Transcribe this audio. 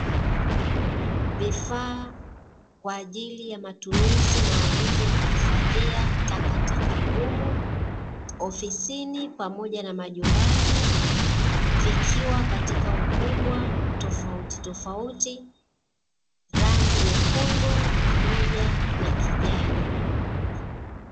Vifaa kwa ajili ya matumizi maalumu ya kuhifadhia takataka ngumu ofisini pamoja na majumbani, vikiwa katika ukubwa tofauti tofauti rangi nyekundu pamoja na kijani.